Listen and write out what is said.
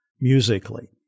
musically